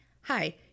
hi